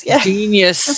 Genius